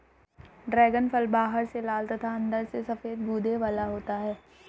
dragon फल बाहर से लाल तथा अंदर से सफेद गूदे वाला होता है